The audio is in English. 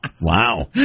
Wow